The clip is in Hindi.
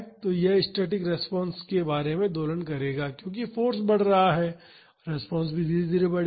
तो यह स्टैटिक रिस्पांस के बारे में दोलन करेगा क्योंकि फाॅर्स बढ़ रहा है रिस्पांस भी धीरे धीरे बढ़ेगा